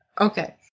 Okay